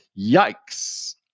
Yikes